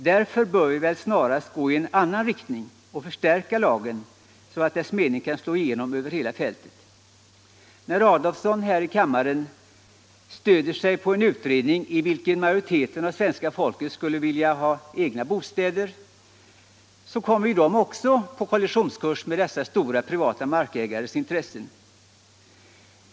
Därför bör vi väl snarast gå i en annan riktning och förstärka lagen så att dess mening kan slå igenom över hela fältet. Herr Adolfsson stöder sig här i kammaren på en utredning, enligt vilken majoriteten av svenska folket skulle vilja ha egna bostäder. Men då kommer ju alla de människorna på kollisionskurs med de stora privata markägarnas intressen.